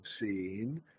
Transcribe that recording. seen